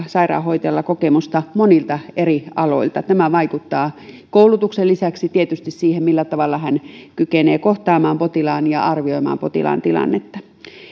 sairaanhoitajalla on kokemusta monilta eri aloilta tämä vaikuttaa koulutuksen lisäksi tietysti siihen millä tavalla hän kykenee kohtaamaan potilaan arvioimaan potilaan tilannetta